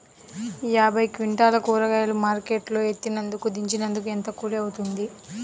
యాభై క్వింటాలు కూరగాయలు మార్కెట్ లో ఎత్తినందుకు, దించినందుకు ఏంత కూలి అవుతుంది?